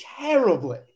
terribly